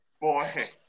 boy